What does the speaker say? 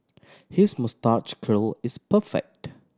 his moustache curl is perfect